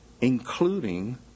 including